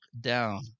down